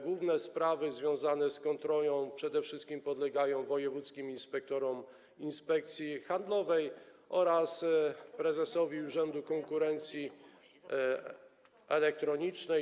Główne sprawy związane z kontrolą przede wszystkim podlegają wojewódzkim inspektorom Inspekcji Handlowej oraz prezesowi Urzędu Komunikacji Elektronicznej.